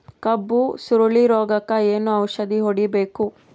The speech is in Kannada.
ಕಬ್ಬು ಸುರಳೀರೋಗಕ ಏನು ಔಷಧಿ ಹೋಡಿಬೇಕು?